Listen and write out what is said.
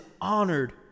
honored